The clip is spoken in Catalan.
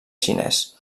xinès